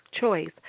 choice